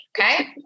Okay